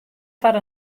foar